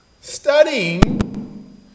studying